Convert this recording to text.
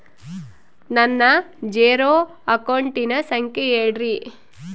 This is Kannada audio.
ನನ್ನ ಜೇರೊ ಅಕೌಂಟಿನ ಸಂಖ್ಯೆ ಹೇಳ್ರಿ?